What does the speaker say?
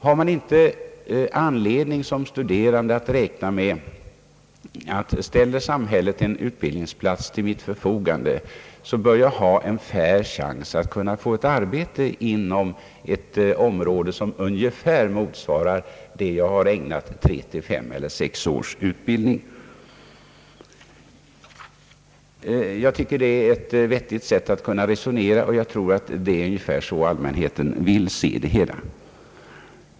Har man inte anledning att såsom student räkna med att man, när samhället ställer en utbildningsplats till ens förfogande, bör ha en fair chans att få ett arbete inom det område som ungefär motsvarar det område som man har ägnat tre—sex års utbildning? Jag tycker att det är ett vettigt sätt att resonera, och jag tror att det är ungefär såsom allmänheten vill se det hela.